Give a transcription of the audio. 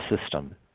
system